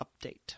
update